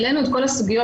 העלינו את כל הסוגיות,